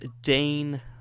Dane